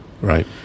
Right